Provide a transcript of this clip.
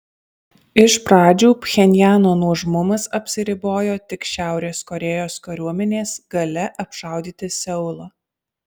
iš pradžių pchenjano nuožmumas apsiribojo tik šiaurės korėjos kariuomenės galia apšaudyti seulą